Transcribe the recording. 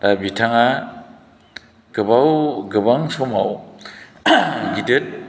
बिथाङा गोबाव गोबां समाव गिदिर